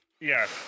Yes